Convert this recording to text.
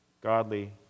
godly